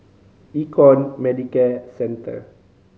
Econ Medicare Centre